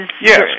Yes